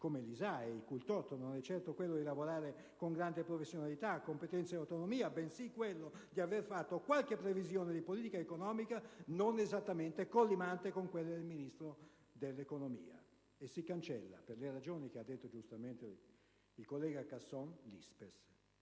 come l'ISAE, il cui torto non è certo quello di lavorare con grande professionalità, competenza ed autonomia, bensì quello di aver fatto qualche previsione di politica economica non esattamente collimante con quelle del Ministro dell'economia. Si cancella, per le ragioni che ha esposto giustamente il collega Casson, l'ISPESL.